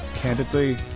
candidly